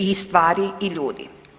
I stvari i ljudi.